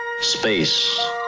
Space